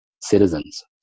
citizens